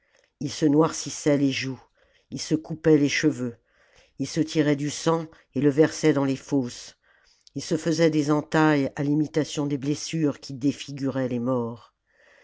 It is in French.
ils se noircissaient les joues ils se coupaient les cheveux ils se tiraient du sang et le versaient dans les fosses ils se faisaient des entailles à l'imitation des blessures qui défiguraient les morts